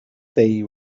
they